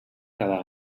cada